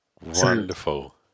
Wonderful